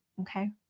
Okay